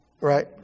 Right